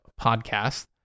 Podcast